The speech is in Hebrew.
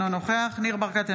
אינו נוכח ניר ברקת,